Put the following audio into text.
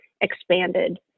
expanded